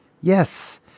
Yes